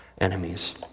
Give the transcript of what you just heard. enemies